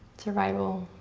survival,